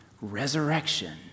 Resurrection